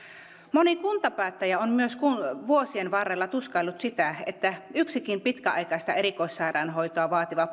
moni kuntapäättäjä on vuosien varrella myös tuskaillut sitä että yhdenkin pitkäaikaista erikoissairaanhoitoa vaativaa